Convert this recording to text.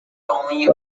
only